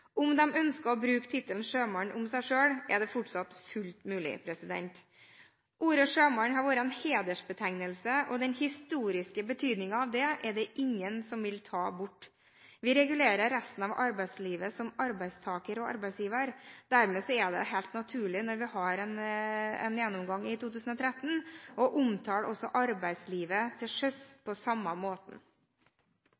Om de ønsker å bruke tittelen «sjømann» om seg selv, er det fortsatt fullt mulig. Ordet «sjømann» har vært en hedersbetegnelse, og den historiske betydningen av det er det ingen som vil ta bort. Vi regulerer resten av arbeidslivet som arbeidstager og arbeidsgiver. Dermed er det, når vi har en gjennomgang i 2013, helt naturlig å omtale også arbeidslivet til sjøs